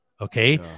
Okay